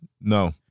No